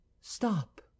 Stop